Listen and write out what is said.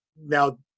now